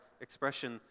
expression